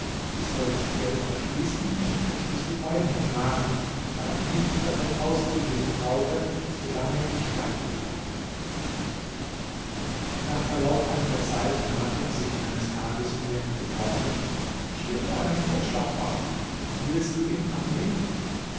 ich soll das geld verschließen und den schlüssel bei mir tragen da ich nichts davon auszugeben brauche so lange ich bei ihm bleibe nach verlauf einiger zeit nahte er sich eines tags mir mit den worten ich will dir einen vorschlag machen willst du ihn annehmen